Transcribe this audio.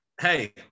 Hey